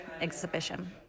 exhibition